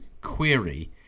query